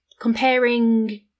Comparing